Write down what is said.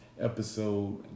episode